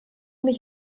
mich